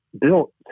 built